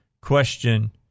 question